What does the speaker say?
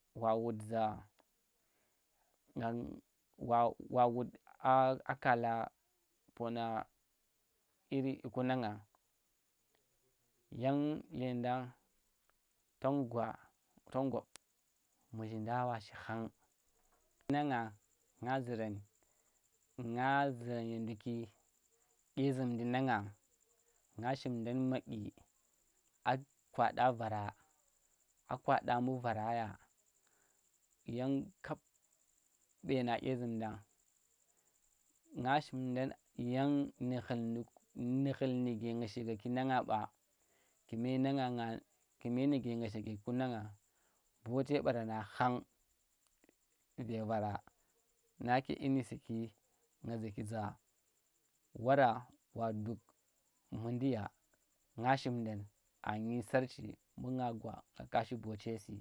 Wa wud za yan wa wa wud a kala pona iri dyiku nang ngang yang lenda ton gwatom muzhinɗa wa shi khang nang nga nga zuran ye nduki dye zumdi nang ngang nga shimdan madyi, a kwaɗa vara a kwaɗa mbu vara ya, yang kap ɓena dye zumda nga shimdam yang, nu khul nuge nga shigaki nan nga ba kume nang nga kume nuge nga shigaki ku nang nga bote ɓaran na khang nu ve vara nake dyi nu saki nga zuki za wara wa duk mundi ya, nga shimdam anyi sarch, mbu nga gwa nga shi bote su.